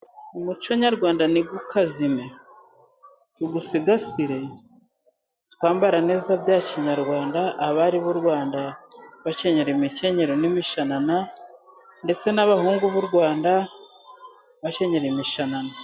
Umuco nyarwanda ntukazime, tuwusigasire twambara neza, bya kinyarwanda, abari b'u Rwanda bakenyera imikenyero n'imishanana, ndetse n'abahungu b'u Rwanda, bakenyera imishanana.